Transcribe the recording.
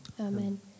Amen